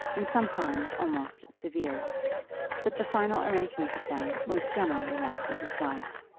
and sometimes almost severe but the final arrangement of them was generally left to his wife.